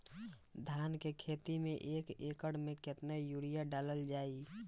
धान के खेती में एक एकड़ में केतना यूरिया डालल जाई?